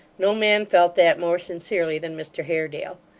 no man felt that more sincerely than mr haredale.